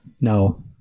No